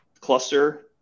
cluster